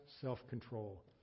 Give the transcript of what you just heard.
self-control